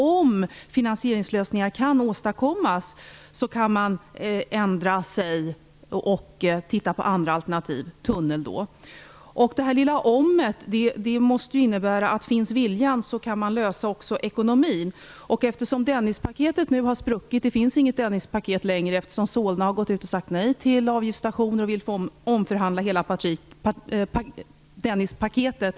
Om finansieringslösningar kan åstadkommas kan man ändra sig och titta på andra alternativ - tunnelalternativet. Detta lilla "om" måste innebära att man också kan lösa problemet med ekonomin om viljan finns. Dennispaketet har nu spruckit. Det finns inget Dennispaket längre. Solna har sagt nej till avgiftsstationer och vill omförhandla hela Dennispaketet.